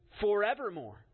forevermore